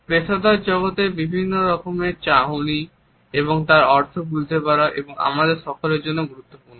পেশাদার জগতে বিভিন্ন ধরনের চাহনি এবং তার অর্থ বুঝতে পারা আমাদের সকলের জন্য গুরুত্বপূর্ণ